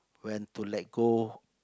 when to let go